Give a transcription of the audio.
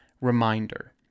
reminder